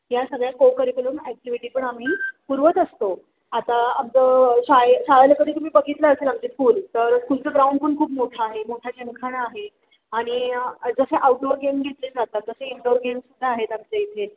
या सगळ्या co curriculum activity पण आम्ही पुरवत असतो आता आमचं शाळा शाळेला कधी तुम्ही बघितलं असेल आमची स्कूल तर स्कूलचं ग्राऊंड पण खूप मोठं आहे मोठा जिमखाना आहे आणि जसं आउटडोअर गेम घेतले जातात तसे इनडोअर गेमसुद्धा आहेत आमच्या इथे